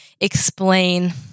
explain